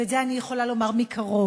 ואת זה אני יכולה לומר מקרוב.